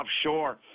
offshore